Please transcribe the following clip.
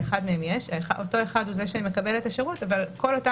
לאחד מהם יש ואותו אחד הוא זה שמקבל את השירות אבל שאר